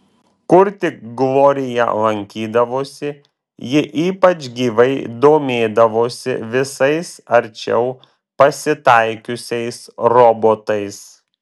kur tik glorija lankydavosi ji ypač gyvai domėdavosi visais arčiau pasitaikiusiais robotais